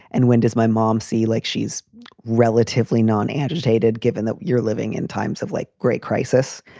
and when does my mom see, like, she's relatively non agitated, given that you're living in times of like great crisis?